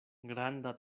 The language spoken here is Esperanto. granda